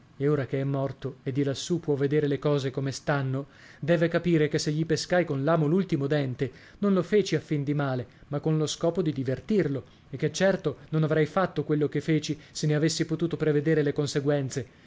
e ora che è morto e di lassù può vedere le cose come stanno deve capire che se gli pescai con l'amo l'ultimo dente non lo feci a fin di male ma con lo scopo di divertirlo e che certo non avrei fatto quello che feci se ne avessi potuto prevedere le conseguenze